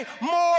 more